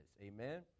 amen